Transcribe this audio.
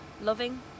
loving